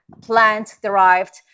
plant-derived